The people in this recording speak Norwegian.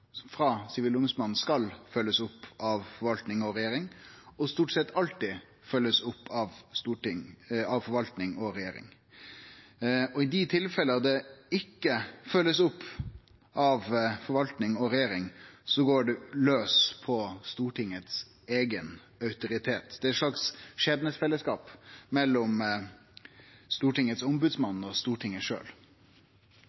frå Sivilombodsmannen stort sett alltid skal følgjast opp av forvaltning og regjering, og i dei tilfella dette ikkje blir følgt opp av forvaltning og regjering, går det laus på Stortingets eigen autoritet. Det er eit slags skjebnefellesskap mellom Stortingets